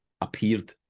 appeared